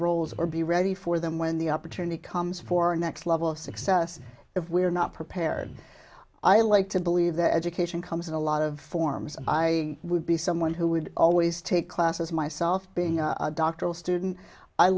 roles or be ready for them when the opportunity comes for a next level of success if we are not prepared i like to believe that education comes in a lot of forms i would be someone who would always take classes myself being a doctoral student i